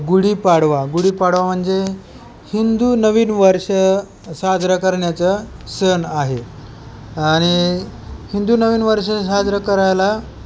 गुढीपाडवा गुढीपाडवा म्हणजे हिंदू नवीन वर्ष साजरा करण्याचा सण आहे आणि हिंदू नवीन वर्ष साजरं करायला